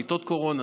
מיטות קורונה,